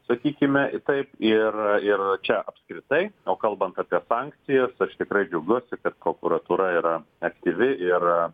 sakykime taip ir ir čia apskritai o kalbant apie sankcijas aš tikrai džiaugiuosi kad prokuratūra yra aktyvi ir